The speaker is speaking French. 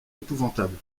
épouvantable